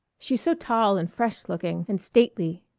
she's so tall and fresh-looking and stately.